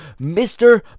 Mr